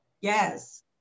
Yes